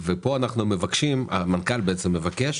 פה המנכ"ל מבקש